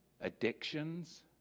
addictions